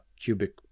cubic